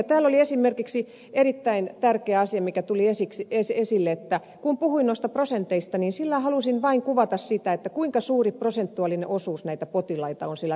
täällä oli esimerkiksi erittäin tärkeä asia mikä tuli esille että kun puhuin noista prosenteista niin sillä halusin vain kuvata sitä kuinka suuri prosentuaalinen osuus näitä potilaita on siellä reumassa ollut